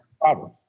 problem